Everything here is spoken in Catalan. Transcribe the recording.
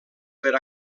per